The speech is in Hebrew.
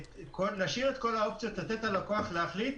נשאיר את כל האופציות, לתת ללקוח להחליט.